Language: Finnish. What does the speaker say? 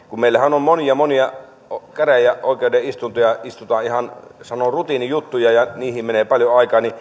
kun meillähän monia monia käräjäoikeuden istuntoja istutaan ihan sanon rutiinijuttujen takia ja niihin menee paljon aikaa